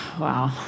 Wow